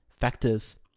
factors